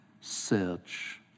search